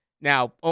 Now